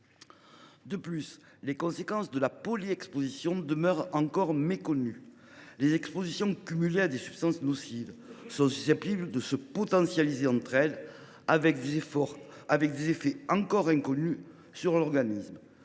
toxiques. Les conséquences de la polyexposition demeurent de plus encore méconnues. Les expositions cumulées à des substances nocives sont en effet susceptibles de se potentialiser entre elles, avec des effets encore inconnus sur l’organisme.